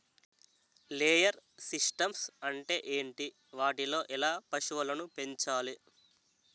Layer systems అంటే ఏంటి? వాటిలో ఎలా పశువులను పెంచాలి?